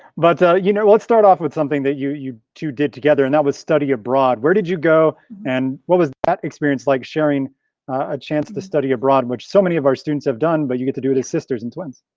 but you know let's start off with something that you you two did together and that was study abroad. where did you go and what was that experience like sharing a chance to to study abroad, which so many of our students have done, but you get to do it as sisters and twins?